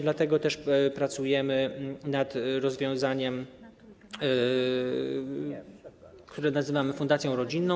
Dlatego też pracujemy nad rozwiązaniem, które nazywamy fundacją rodzinną.